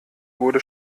wurde